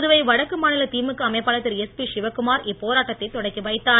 புதுவை வடக்கு மாநில திமுக அமைப்பாளர் திரு எஸ்பி சிவக்குமார் இப்போராட்டத்தை தொடக்கி வைத்தார்